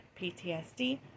PTSD